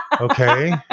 Okay